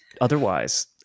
otherwise